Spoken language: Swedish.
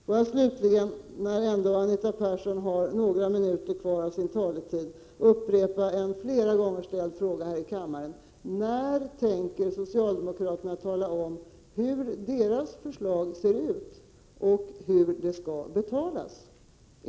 Får jag slutligen, när Anita Persson ändå har några minuter kvar av sin taletid, upprepa en här i kammaren flera gånger ställd fråga: När tänker socialdemokraterna tala om hur deras förslag ser ut och hur det skall finansieras?